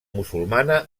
musulmana